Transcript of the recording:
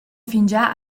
fingià